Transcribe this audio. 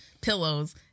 pillows